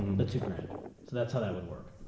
the two grand so that's how that would work.